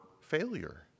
failure